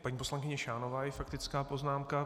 Paní poslankyně Šánová a její faktická poznámka.